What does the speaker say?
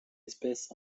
espèces